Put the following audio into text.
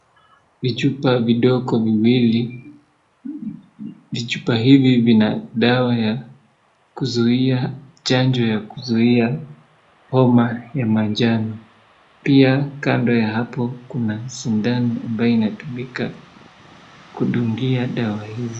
Vijupa vidogo viwili. Vijupa hivi vina dawa ya kuzuia chanjo ya kuzuia homa ya manjano. Pia kando ya hapo kuna sindano ambayo inatumika kudungia dawa hiyo.